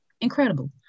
incredible